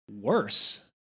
worse